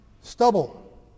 stubble